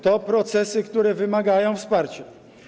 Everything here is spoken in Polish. To procesy, które wymagają wsparcia.